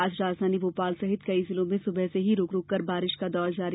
आज राजधानी भोपाल सहित कई जिलों में सुबह से ही रूकरूक कर बारिश हुई